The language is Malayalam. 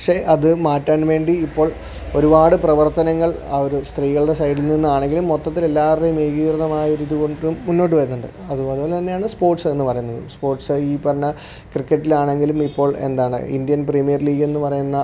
പക്ഷേ അതു മാറ്റാൻ വേണ്ടി ഇപ്പോൾ ഒരുപാട് പ്രവർത്തനങ്ങൾ ആ ഒരു സ്ത്രീകളുടെ സൈഡിൽ നിന്നാണെങ്കിലും മൊത്തത്തിലെല്ലാവരുടെയും ഏകീകൃതമായൊരിതു കൊണ്ടും മുന്നോട്ടു വരുന്നുണ്ട് അതുപോലെ തന്നെയാണ് സ്പോർട്സെന്നു പറയുന്നത് സ്പോർട്സ് ഈ പറഞ്ഞ ക്രിക്കറ്റിലാണെങ്കിലും ഇപ്പോൾ എന്താണ് ഇന്ത്യൻ പ്രീമിയർ ലീഗെന്നു പറയുന്ന